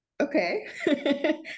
okay